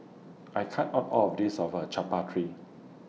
I can't Art All of This of Chaat Papri